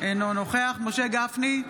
אינו נוכח משה גפני,